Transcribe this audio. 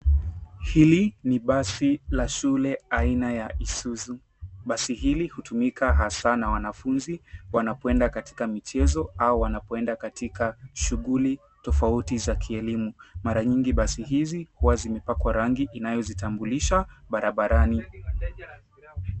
Hili ni basi la shule haina ya isuzu. Basi hili hutumika hasa na wanafunzi wanapoenda katika michezo au shughuli tofauti za kielimu. Mara nyingi basi hizi huwa zimepakwa rangi inayozitambulisha barabarani.